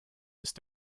ist